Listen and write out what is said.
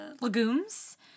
legumes